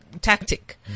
tactic